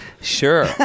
sure